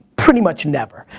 pretty much never,